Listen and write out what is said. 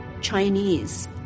Chinese